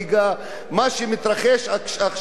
מה שמתרחש עכשיו בצפת,